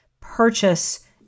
purchase